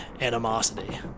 animosity